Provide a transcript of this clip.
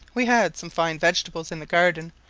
we had some fine vegetables in the garden,